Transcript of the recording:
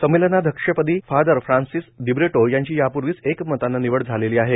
संमेलनाध्यक्ष पदी father Francis D'Britto यांची यापूर्वीच एकमताने निवड झालेली आहे